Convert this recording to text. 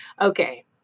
Okay